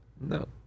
No